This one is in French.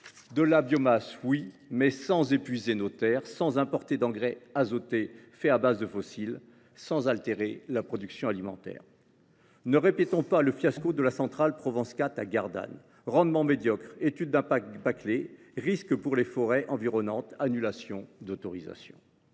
la biomasse, mais sans épuiser nos terres, sans importer d’engrais azotés produits par des énergies fossiles, sans altérer la production alimentaire. Ne répétons pas le fiasco de la centrale Provence 4 de Gardanne : rendement médiocre, étude d’impact bâclée, risque pour les forêts environnantes, annulation de l’autorisation